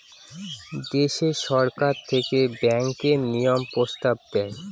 দেশে সরকার থেকে ব্যাঙ্কের নিয়ম প্রস্তাব দেয়